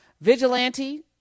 Vigilante